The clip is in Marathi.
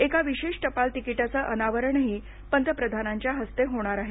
एका विशेष टपाल तिकिटाचं अनावरणही पंतप्रधानांच्या हस्ते होणार आहे